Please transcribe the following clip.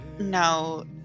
No